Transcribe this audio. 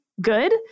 good